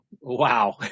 wow